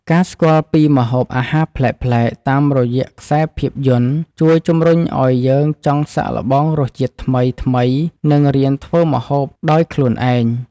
ការស្គាល់ពីម្ហូបអាហារប្លែកៗតាមរយៈខ្សែភាពយន្តជួយជំរុញឱ្យយើងចង់សាកល្បងរសជាតិថ្មីៗនិងរៀនធ្វើម្ហូបដោយខ្លួនឯង។